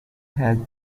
had